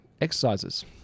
exercises